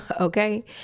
okay